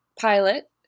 pilot